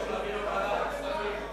להעביר לוועדת הכספים.